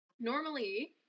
normally